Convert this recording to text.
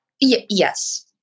yes